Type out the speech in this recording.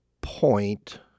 point